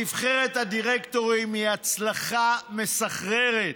נבחרת הדירקטורים היא הצלחה מסחררת,